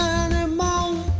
anymore